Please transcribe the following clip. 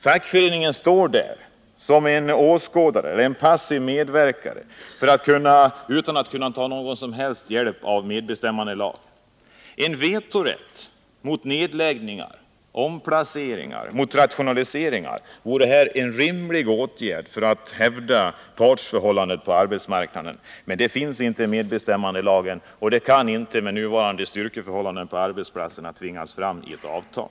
Fackföreningen står där som en passiv åskådare utan att kunna ta någon som helst hjälp av medbestämmandelagen. Vetorätt mot nedläggningar, omplaceringar, rationaliseringar m.m. vore här en rimlig åtgärd för att hävda partsförhållandet på arbetsmarknaden. Men detta finns inte i medbestämmandelagen och kan inte med nuvarande styrkeförhållanden på arbetsplatserna tvingas fram i ett avtal.